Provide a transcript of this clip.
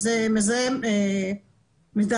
זה מזהם מורכב.